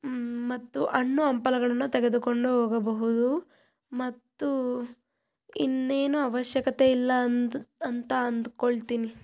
ಮತ್ತು ಹಣ್ಣು ಹಂಪಲುಗಳನ್ನ ತೆಗೆದುಕೊಂಡು ಹೋಗಬಹುದು ಮತ್ತು ಇನ್ನೇನೂ ಅವಶ್ಯಕತೆ ಇಲ್ಲ ಅಂದು ಅಂತ ಅಂದುಕೊಳ್ತೀನಿ